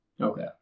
Okay